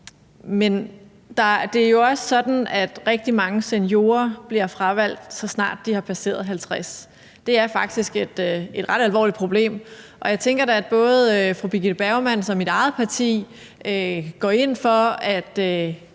Men det er jo også sådan, at rigtig mange seniorer bliver fravalgt, så snart de har passeret 50 år. Det er faktisk et ret alvorligt problem, og jeg tænker da, at både fru Birgitte Bergmans og mit eget parti går ind for, at